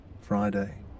Friday